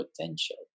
potential